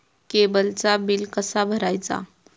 केबलचा बिल कसा भरायचा?